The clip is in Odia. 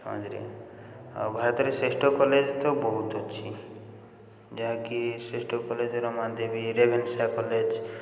ସମାଜରେ ଆଉ ଭାରତରେ ତ ଶ୍ରେଷ୍ଠ କଲେଜ ତ ବହୁତ ଅଛି ଯାହାକି ଶ୍ରେଷ୍ଠ କଲେଜ୍ ରମାଦେବୀ ରେଭେନ୍ସା କଲେଜ